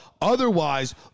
Otherwise